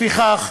לפיכך,